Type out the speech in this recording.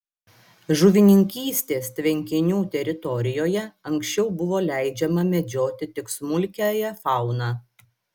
žuvininkystės tvenkinių teritorijoje anksčiau buvo leidžiama medžioti tik smulkiąją fauną